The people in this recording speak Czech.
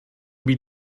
být